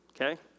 okay